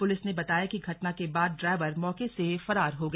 police ने बताया कि घटना के बाद ड्राइवर मौके से फरार हो गया